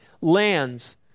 lands